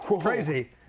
crazy